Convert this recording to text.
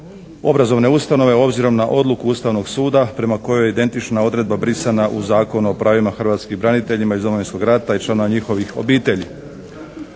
obrazovne ustanove obzirom na odluku Ustavnog suda prema kojoj je identična odredba brisana u Zakonu o pravima hrvatskih branitelja iz Domovinskog rata i članova njihovih obitelji.